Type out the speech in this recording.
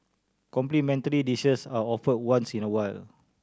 complimentary dishes are offered once in a while